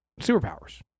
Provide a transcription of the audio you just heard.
superpowers